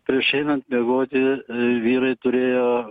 prieš einant miegoti vyrai turėjo